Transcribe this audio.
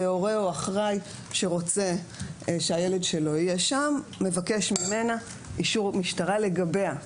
והורה או אחראי שרוצה שהילד שלו יהיה שם מבקש ממנה אישור משטרה לגביה.